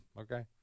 Okay